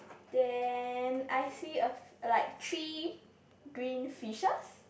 then I see a like three green fishes